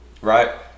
Right